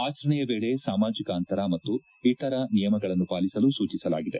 ಆಚರಣೆಯ ವೇಳೆ ಸಾಮಾಜಿಕ ಅಂತರ ಮತ್ತು ಇತರ ನಿಯಮಗಳನ್ನು ಪಾಲಿಸಲು ಸೂಚಿಸಲಾಗಿದೆ